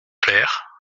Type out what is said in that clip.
claire